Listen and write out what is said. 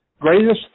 greatest